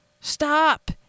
stop